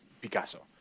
Picasso